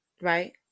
right